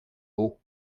haut